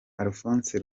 alphonse